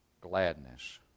gladness